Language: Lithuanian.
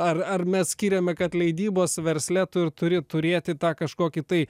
ar ar mes skiriame kad leidybos versle tu turi turėti tą kažkokį tai